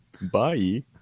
Bye